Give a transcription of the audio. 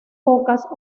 pocas